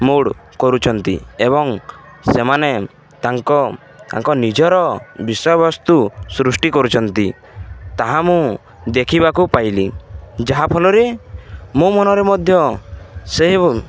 ମୋଡ଼ କରୁଛନ୍ତି ଏବଂ ସେମାନେ ତାଙ୍କ ତାଙ୍କ ନିଜର ବିଷୟବସ୍ତୁ ସୃଷ୍ଟି କରୁଛନ୍ତି ତାହା ମୁଁ ଦେଖିବାକୁ ପାଇଲି ଯାହାଫଲରେ ମୋ ମନରେ ମଧ୍ୟ ସେହି